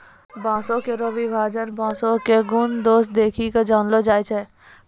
बांसों केरो विभाजन बांसों क गुन दोस देखि कॅ करलो जाय छै